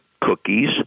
cookies